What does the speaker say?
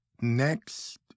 next